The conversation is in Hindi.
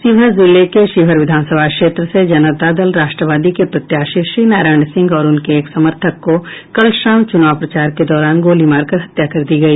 शिवहर जिले के शिवहर विधानसभा क्षेत्र से जनता दल राष्ट्रवादी के प्रत्याशी श्रीनारायण सिंह और उनके एक समर्थक को कल शाम चुनाव प्रचार के दौरान गोली मारकर हत्या कर दी गई